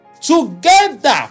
Together